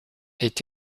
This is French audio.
est